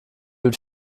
wird